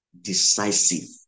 decisive